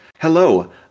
hello